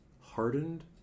hardened